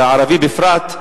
והערבי בפרט,